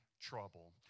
trouble